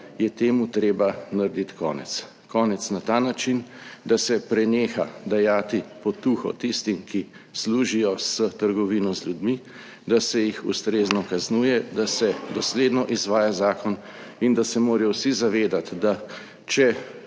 je temu treba narediti konec. Konec na ta način, da se preneha dajati potuho tistim, ki služijo s trgovino z ljudmi, da se jih ustrezno kaznuje, da se dosledno izvaja zakon in da se morajo vsi zavedati, da če